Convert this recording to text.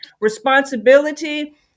responsibility